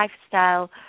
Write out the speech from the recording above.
lifestyle